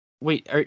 Wait